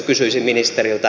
kysyisin ministeriltä